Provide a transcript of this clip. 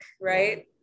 Right